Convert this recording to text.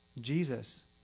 Jesus